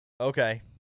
Okay